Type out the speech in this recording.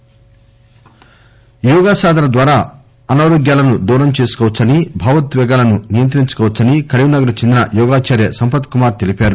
యోగా జిల్లాలు యోగా సాధన ద్వారా అనారోగ్యాలను దూరం చేసుకోవచ్చని భావోద్వేగాలను నియంత్రించుకోవచ్చని కరీంనగర్ కు చెందిన యోగాచార్య సంపత్ కుమార్ తెలిపారు